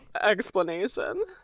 explanation